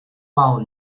val